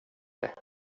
dig